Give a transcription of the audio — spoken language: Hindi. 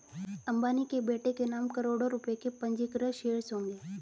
अंबानी के बेटे के नाम करोड़ों रुपए के पंजीकृत शेयर्स होंगे